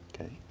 okay